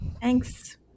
Thanks